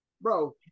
Bro